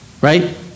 right